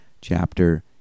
chapter